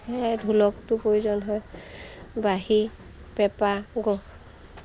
সেয়ে ঢোলকটো প্ৰয়োজন হয় বাঁহী পেঁপা গ